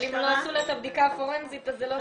אם לא עשו לה את הבדיקה הפורנזית אז זה לא שווה.